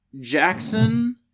Jackson